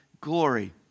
glory